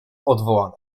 odwołane